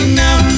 now